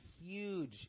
huge